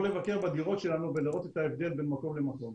ולבקר בדירות שלנו ולראות את ההבדל בין מקום למקום.